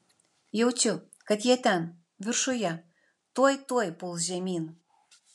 jaučiu kad jie ten viršuje tuoj tuoj puls žemyn